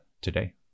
today